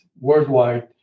worldwide